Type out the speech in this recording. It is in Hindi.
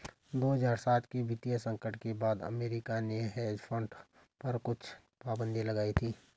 दो हज़ार सात के वित्तीय संकट के बाद अमेरिका ने हेज फंड पर कुछ पाबन्दी लगाई थी